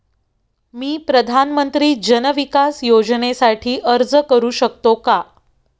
मी प्रधानमंत्री जन विकास योजनेसाठी अर्ज करू शकतो का?